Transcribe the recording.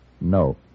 No